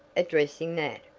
addressing nat.